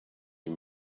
you